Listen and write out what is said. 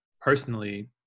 personally